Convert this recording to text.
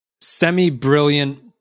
semi-brilliant